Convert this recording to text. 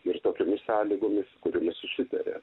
ir tokiomis sąlygomis kuriomis susitaria